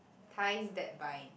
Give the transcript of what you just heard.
ties that bind